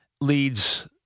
leads